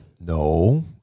No